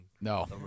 No